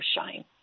shine